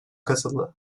katıldı